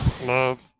love